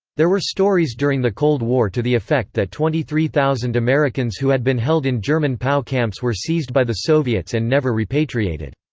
there were stories during the cold war to the effect that twenty three thousand americans who had been held in german pow camps were seized by the soviets and never repatriated.